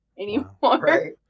anymore